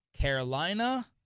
Carolina